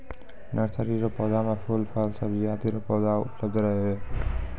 nursery रो पौधा मे फूल, फल, सब्जी आदि रो पौधा उपलब्ध रहै छै